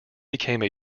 became